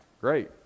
Great